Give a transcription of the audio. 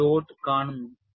നിങ്ങൾ ഒരു ഡോട്ട് കാണുന്നു